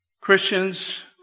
Christians